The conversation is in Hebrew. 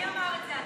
מי אמר את זה?